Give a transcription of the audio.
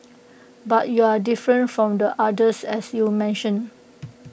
but you're different from the others as you mentioned